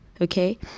okay